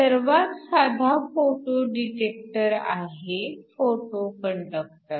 सर्वात साधा photo detector आहे फोटो कंडक्टर